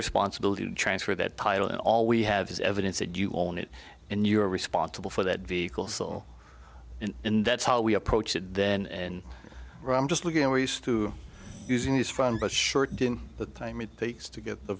responsibility to transfer that title and all we have is evidence that you own it and you're responsible for that vehicle so in that's how we approach it then and i'm just looking and we're used to using this fun but short the time it takes to get